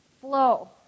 flow